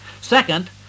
Second